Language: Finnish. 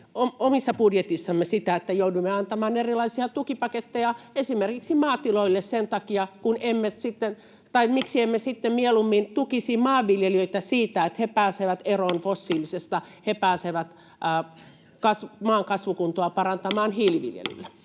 omassa budjetissamme sitä, että joudumme antamaan erilaisia tukipaketteja esimerkiksi maatiloille, niin miksi emme sitten mieluummin tukisi maanviljelijöitä siitä, että he pääsevät eroon fossiilisesta, he pääsevät maan kasvukuntoa parantamaan hiiliviljelyllä?